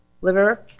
liver